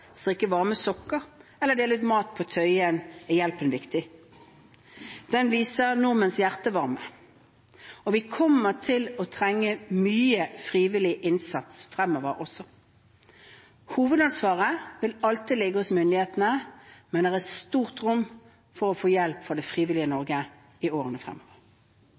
sokker eller dele ut mat på Tøyen er hjelpen viktig, og den viser nordmenns hjertevarme. Vi kommer til å trenge mye frivillig innsats fremover også. Hovedansvaret vil alltid ligge hos myndighetene, men det er stort rom for å få hjelp fra det frivillige Norge i årene fremover.